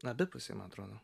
abipusiai man atrodo